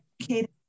educated